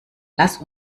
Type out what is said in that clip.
lass